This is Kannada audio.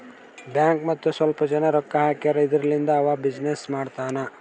ಬ್ಯಾಂಕ್ ಮತ್ತ ಸ್ವಲ್ಪ ಜನ ರೊಕ್ಕಾ ಹಾಕ್ಯಾರ್ ಇದುರ್ಲಿಂದೇ ಅವಾ ಬಿಸಿನ್ನೆಸ್ ಮಾಡ್ತಾನ್